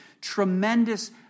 tremendous